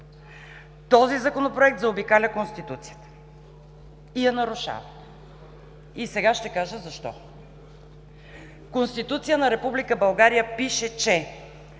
Този Законопроект заобикаля Конституцията и я нарушава. И сега ще кажа защо. В Конституцията на Република